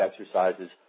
exercises